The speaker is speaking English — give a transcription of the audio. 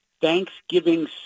thanksgiving